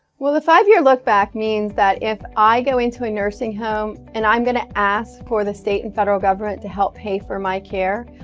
the five year look back means that if i go into a nursing home, and i'm going to ask for the state and federal government to help pay for my care,